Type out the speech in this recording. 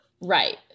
Right